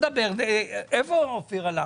לאן אופיר הלך?